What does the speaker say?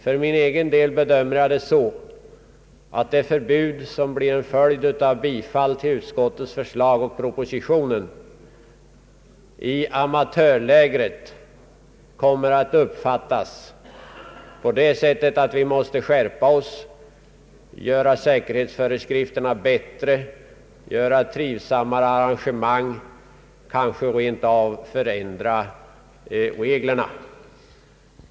För egen del bedömer jag det så, att det förbud, som blir en följd av ett bifall till propositionens och utskottets förslag, i amatörlägret kommer att uppfattas på det sättet att man där måste skärpa sig och göra säkerhetsföreskrifterna bättre, anordna trivsammare arrangemang och kanske rent av förändra reglerna.